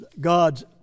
God's